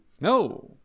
No